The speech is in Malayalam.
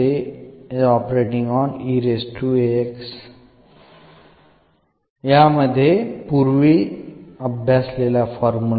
കാരണം എന്നു ലഭിക്കുന്നു